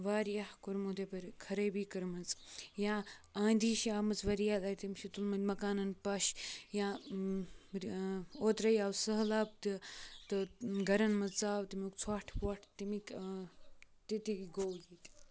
واریاہ کوٚرمُت یَپٲرۍ خرٲبی کٔرمٕژ یا آندھی چھِ آمٕژ واریاہ لَٹہِ تٔمۍ چھِ تُلمٕتۍ مَکانَن پَش یا اوترَے آو سٔہلاب تہِ تہٕ گَرَن منٛز ژاو تمیُٚک ژھۄٹھ وۄٹھ تَمِکۍ تہِ تہِ گوٚو